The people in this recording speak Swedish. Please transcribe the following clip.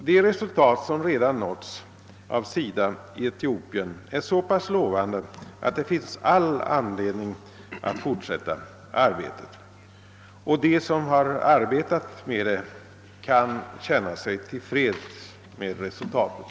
De resultat som redan nåtts av SIDA i Etiopien är så pass lovande att det finns alla skäl att fortsätta arbetet. De som arbetat med det kan känna sig tillfredsställda med resultatet.